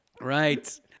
Right